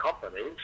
companies